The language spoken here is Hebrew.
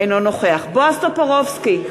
אינו נוכח בועז טופורובסקי,